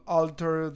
alter